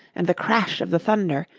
and the crash of the thunder,